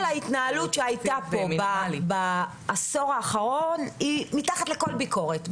כל ההתנהלות שהייתה פה בעשור האחרון היא מתחת לכל ביקורת,